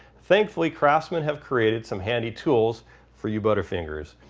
thankfully craftsman have created some handy tools for you butterfingers.